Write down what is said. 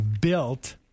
built